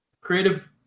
creative